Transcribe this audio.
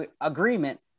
agreement